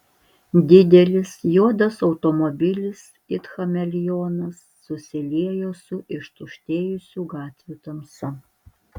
didelis juodas automobilis it chameleonas susiliejo su ištuštėjusių gatvių tamsa